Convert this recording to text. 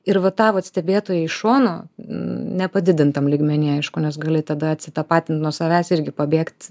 ir vat tą vat stebėtoją iš šono nepadidintam lygmeny aišku nes gali tada atsitapatint nuo savęs irgi pabėgt